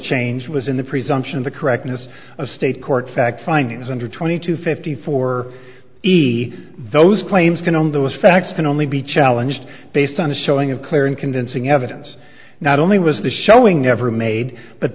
changed was in the presumption of the correctness of state court fact findings under twenty two fifty four b those claims going on those facts can only be challenged based on a showing of clear and convincing evidence not only was the showing ever made but